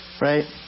Right